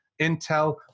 Intel